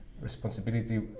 responsibility